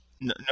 no